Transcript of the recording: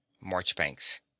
Marchbanks